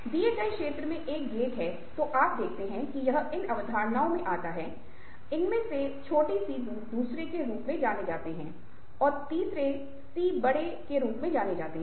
दिए गए क्षेत्र में एक गेट है तो आप देखते हैं कि यह इन अवधारणाओं में लाता है इनमें से छोटे सी दूसरे के रूप में जाने जाते हैं और तीसरे सी बड़े सी के रूप मे जाने जाते है